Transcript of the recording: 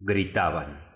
veteígritaban